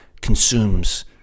consumes